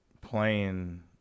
playing